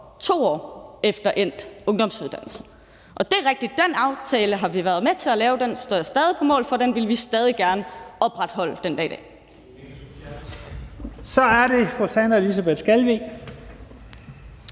2 år efter endt ungdomsuddannelse. Det er rigtigt, at den aftale har vi været med til at lave. Den står jeg stadig på mål for. Den vil vi stadig gerne opretholde den dag i dag. Kl. 17:36 Første